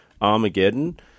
Armageddon